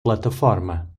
plataforma